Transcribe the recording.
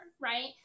right